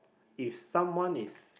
if someone is